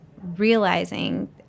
realizing